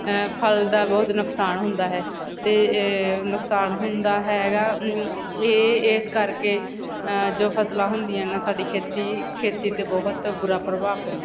ਫਲ ਦਾ ਬਹੁਤ ਨੁਕਸਾਨ ਹੁੰਦਾ ਹੈ ਅਤੇ ਨੁਕਸਾਨ ਹੁੰਦਾ ਹੈਗਾ ਇਹ ਇਸ ਕਰਕੇ ਜੋ ਫਸਲਾਂ ਹੁੰਦੀਆਂ ਗੀਆਂ ਸਾਡੀ ਖੇਤੀ ਖੇਤੀ 'ਤੇ ਬਹੁਤ ਬੁਰਾ ਪ੍ਰਭਾਵ ਪੈਂਦਾ